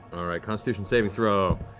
right, constitution saving throw.